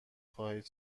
خواهید